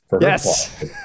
Yes